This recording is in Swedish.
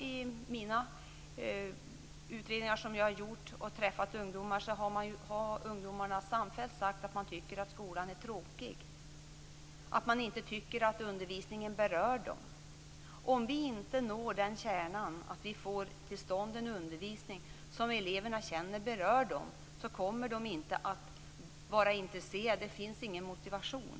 I de utredningar som jag har gjort, och också när jag har träffat ungdomar, har ungdomarna samfällt sagt att de tycker att skolan är tråkig. De tycker inte att undervisningen berör dem. Om vi inte når den kärnan att vi får till stånd en undervisning som eleverna känner berör dem, kommer de inte att vara intresserade. Det finns ingen motivation.